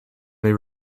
may